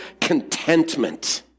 contentment